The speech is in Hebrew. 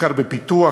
מחקר ופיתוח,